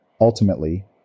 Ultimately